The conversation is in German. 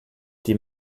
die